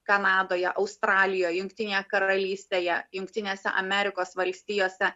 kanadoje australijoje jungtinėje karalystėje jungtinėse amerikos valstijose